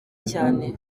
cyane